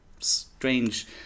Strange